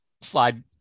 slide